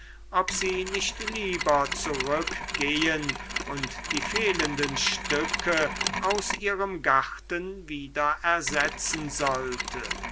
ob sie nicht lieber zurückgehen und die fehlenden stücke aus ihrem garten wieder ersetzen sollte